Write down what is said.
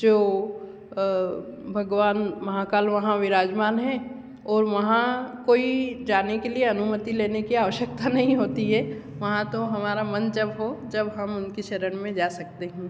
जो भगवान महाकाल वहाँ विराजमान हैं और वहाँ कोई जाने के लिए अनुमति लेने की आवश्यकता नहीं होती है वहाँ तो हमारा मन जब हो जब हम उनकी शरण में जा सकते हैं